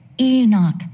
Enoch